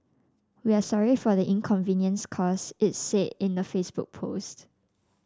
we are sorry for the inconvenience caused it said in a Facebook post